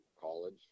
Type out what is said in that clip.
college